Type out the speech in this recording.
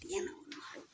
ಅಡುಗೆ ನಾವು ಮಾಡಿ